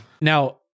Now